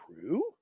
true